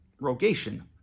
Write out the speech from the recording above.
rogation